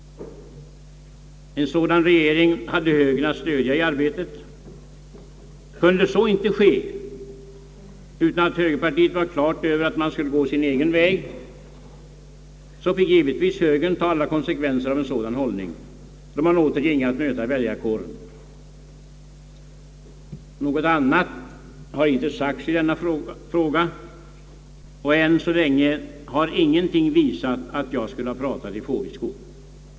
En sådan regering hade högern att stödja i arbetet. Kunde så inte ske, utan högerpartiet vore på det klara med att det skulle gå sin egen väg, finge högern givetvis ta alla konsekvenser av en sådan hållning, när den åter ginge att möta väljarkåren. Någonting annat har inte sagts i denna fråga, och än så länge har ingenting visat att jag skulle ha pratat i fåvitsko.